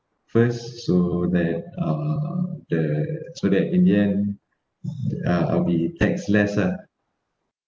first so that uh the so that in the end uh I'll be taxless ah